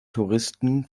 touristen